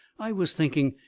i was thinking,